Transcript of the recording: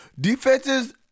Defenses